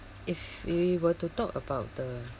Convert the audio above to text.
if we were to talk about the